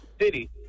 city